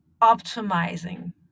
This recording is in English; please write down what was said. optimizing